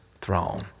throne